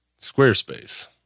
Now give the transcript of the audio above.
Squarespace